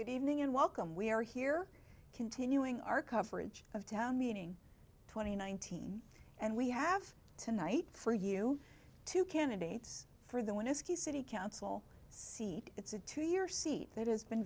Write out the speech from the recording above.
good evening and welcome we are here continuing our coverage of town meeting twenty nineteen and we have tonight for you two candidates for the wineskin city council seat it's a two year seat that has been